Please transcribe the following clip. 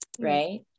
right